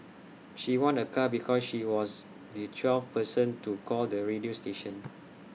she won A car because she was the twelfth person to call the radio station